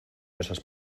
esas